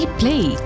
play